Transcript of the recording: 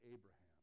Abraham